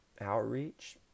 outreach